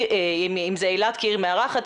אם זה אילת כעיר מארחת,